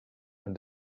and